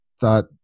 thought